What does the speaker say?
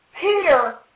Peter